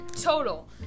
total